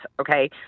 okay